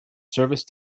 service